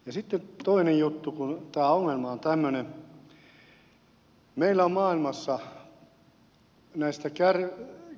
ja sitten toinen juttu kun tämä ongelma on tämmöinen